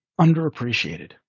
underappreciated